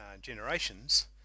generations